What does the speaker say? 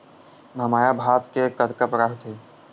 महमाया भात के कतका प्रकार होथे?